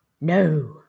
No